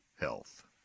Health